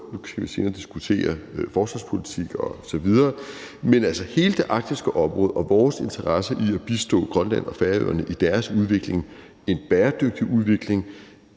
Nu skal vi senere diskutere forsvarspolitik osv., men det gælder hele det arktiske område og vores interesse i at bistå Grønland og Færøerne i deres udvikling – en bæredygtig udvikling